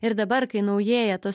ir dabar kai naujėja tos